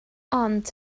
ond